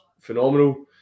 phenomenal